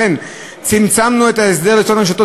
לכן צמצמנו את ההסדר לאותן רשתות,